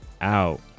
out